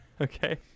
Okay